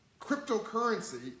Cryptocurrency